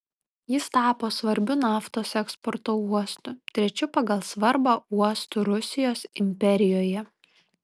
jis tapo svarbiu naftos eksporto uostu trečiu pagal svarbą uostu rusijos imperijoje